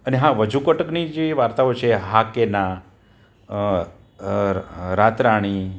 અને હા વજુ કોટકની જે વાર્તાઓ છે હા કે ના રાતરાણી